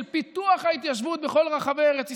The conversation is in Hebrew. של פיתוח ההתיישבות בכל רחבי ארץ ישראל.